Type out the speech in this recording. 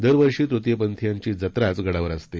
दरवर्षी तृतीय पंथीयांची जत्राच गडावर असते